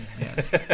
yes